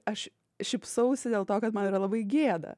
aš šypsausi dėl to kad man yra labai gėda